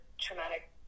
traumatic